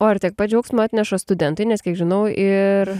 o ar tiek pat džiaugsmo atneša studentai nes kiek žinau ir